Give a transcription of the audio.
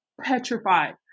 petrified